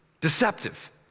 Deceptive